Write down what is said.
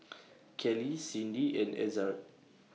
Kelli Cindi and Ezzard